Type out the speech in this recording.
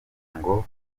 ngo